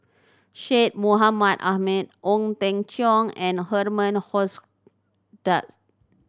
Syed Mohamed Ahmed Ong Teng Cheong and Herman Hochstadt